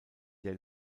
der